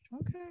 okay